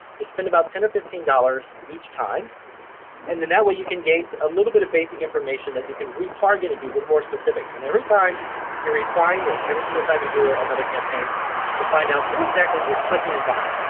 you spend about ten or fifteen dollars each time and then that way you can gain so a little bit of basic information that you can retarget and be a little more specific. and every time you refine it, every single time you do ah another campaign to find out, who exactly is clicking and buying?